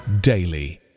daily